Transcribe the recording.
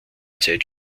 zeit